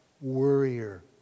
worrier